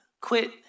Quit